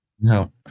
No